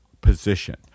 position